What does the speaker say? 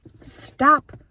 Stop